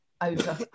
over